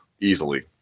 easily